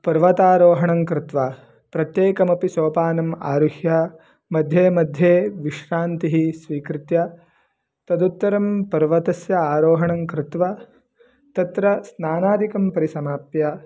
पर्वतारोहणं कृत्वा प्रत्येकमपि सोपानम् आरुह्य मध्ये मध्ये विश्रान्तिं स्वीकृत्य तदुत्तरं पर्वतस्य आरोहणं कृत्वा तत्र स्नानादिकं परिसमाप्य